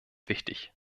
wichtig